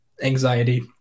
anxiety